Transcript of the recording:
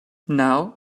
now